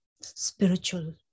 spiritual